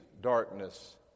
darkness